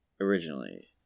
originally